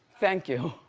thank you.